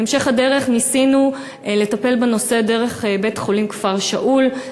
בהמשך הדרך ניסינו לטפל בנושא דרך בית-החולים כפר-שאול,